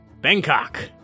Bangkok